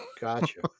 Gotcha